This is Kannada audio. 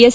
ಎಸ್